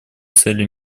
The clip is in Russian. цели